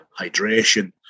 hydration